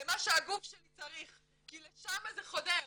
למה שהגוף שלי צריך כי לשם זה חודר.